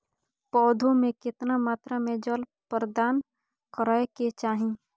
पौधों में केतना मात्रा में जल प्रदान करै के चाही?